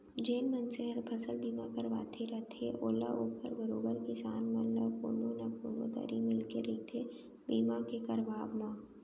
जेन मनसे हर फसल बीमा करवाय रथे ओला ओकर बरोबर किसान मन ल कोनो न कोनो दरी मिलके रहिथे बीमा के करवाब म